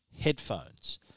headphones